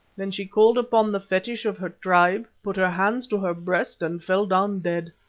then she called upon the fetish of her tribe, put her hands to her breast and fell down dead.